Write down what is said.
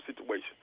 situation